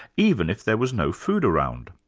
even if there was no food around.